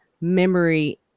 memory